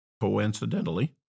coincidentally